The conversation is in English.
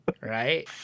right